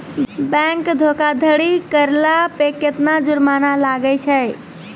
Bank धोखाधड़ी करला पे केतना जुरमाना लागै छै?